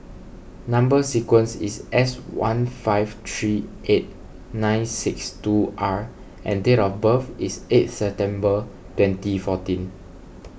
Number Sequence is S one five three eight nine six two R and date of birth is eighth September twenty fourteen